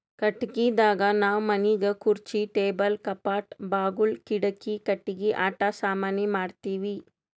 ಕಟ್ಟಿಗಿದಾಗ್ ನಾವ್ ಮನಿಗ್ ಖುರ್ಚಿ ಟೇಬಲ್ ಕಪಾಟ್ ಬಾಗುಲ್ ಕಿಡಿಕಿ ಕಟ್ಟಿಗಿ ಆಟ ಸಾಮಾನಿ ಮಾಡ್ತೀವಿ